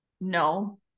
No